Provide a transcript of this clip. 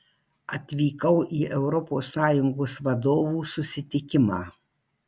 atvykau į europos sąjungos vadovų susitikimą